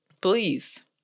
please